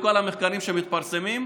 מכל המחקרים שמתפרסמים,